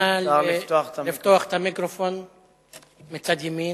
נא לפתוח את המיקרופון מצד ימין.